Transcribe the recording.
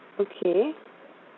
okay